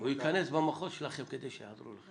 הוא יכנס במחוז שלכם כדי שיעזרו לכם.